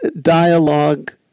dialogue